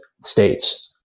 states